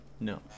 No